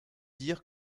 dire